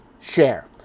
share